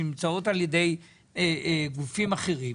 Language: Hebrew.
שנמצאות על ידי גופים אחרים.